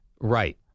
Right